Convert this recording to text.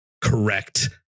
correct